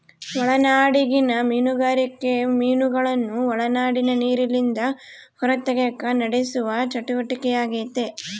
ಒಳನಾಡಿಗಿನ ಮೀನುಗಾರಿಕೆ ಮೀನುಗಳನ್ನು ಒಳನಾಡಿನ ನೀರಿಲಿಂದ ಹೊರತೆಗೆಕ ನಡೆಸುವ ಚಟುವಟಿಕೆಯಾಗೆತೆ